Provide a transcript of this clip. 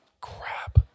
crap